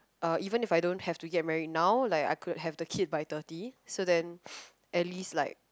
uh even if I don't have to get marriage now like I could have the kid by thirty so then at least like